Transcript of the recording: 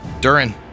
Durin